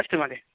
अस्तु महोदय